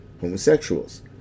Homosexuals